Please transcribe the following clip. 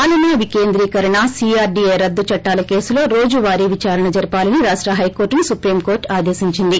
పాలనా వికేంద్రీకరణ సీఆర్డీఏ రద్దు చట్టాల కేసులో రోజువారీ విచారణ జరపాలని రాష్ట హైకోర్టును సుప్రీంకోర్టు ఆదేశించింది